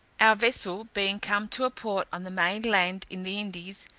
our vessel being come to a port on the main land in the indies,